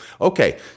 Okay